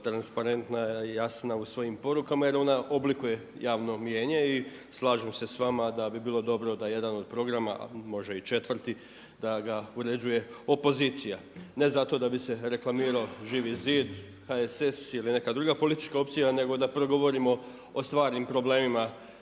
transparentna i jasna u svojim porukama jer ona oblikuje javno mnijenje. I slažem se s vama da bi bilo dobro da jedan od programa a može i 4. da ga uređuje opozicija ne zato da bi se reklamirao Živi zid, HSS ili neka druga politička opcija nego da progovorimo o stvarnim problemima,